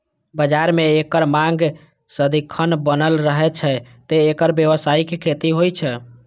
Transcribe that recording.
बाजार मे एकर मांग सदिखन बनल रहै छै, तें एकर व्यावसायिक खेती होइ छै